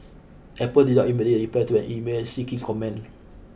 Apple did not immediately reply to an email seeking comment